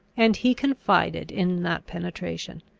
and he confided in that penetration.